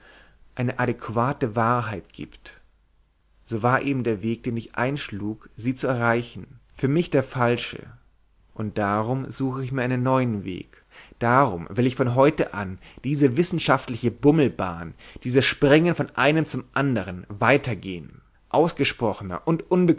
eine adäquate wahrheit gibt so war eben der weg den ich einschlug sie zu erreichen für mich der falsche und darum suche ich mir einen neuen weg darum will ich von heute an diese wissenschaftliche bummelbahn dieses springen von einem zum andern weitergehen ausgesprochener und